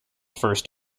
first